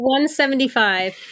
175